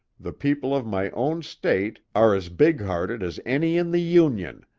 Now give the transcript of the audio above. the people of my own state are as big-hearted as any in the union,